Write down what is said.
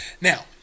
Now